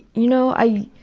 you know i